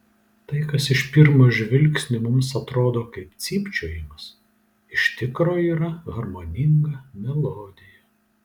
tai kas iš pirmo žvilgsnio mums atrodo kaip cypčiojimas iš tikro yra harmoninga melodija